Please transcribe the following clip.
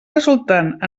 resultant